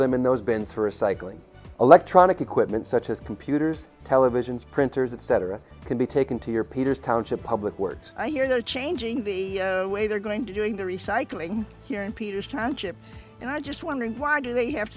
them in those been for a cycling electronic equipment such as computers televisions printers etc can be taken to your peters township public works i hear they're changing the way they're going to doing the recycling here in peter's township and i just wondered why do they have